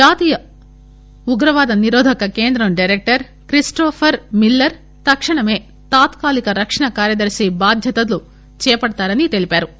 జాతీయ ఉగ్రవాద నిరోధక కేంద్రం డైరెక్టర్ క్రిస్టోఫర్ మిల్లర్ తక్షణమే తాత్కాలిక రక్షణ కార్యదర్శి బాధ్యతలు చేపడతారని తెలిపారు